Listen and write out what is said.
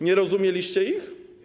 Nie rozumieliście ich.